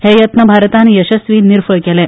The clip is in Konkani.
हे यत्न भारतान येसस्वी निर्फळ केले